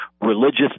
religious